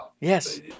Yes